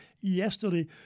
yesterday